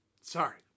sorry